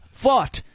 fought